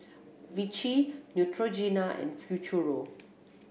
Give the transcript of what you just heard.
Vichy Neutrogena and Futuro